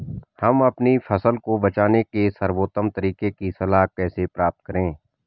हम अपनी फसल को बचाने के सर्वोत्तम तरीके की सलाह कैसे प्राप्त करें?